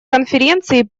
конференции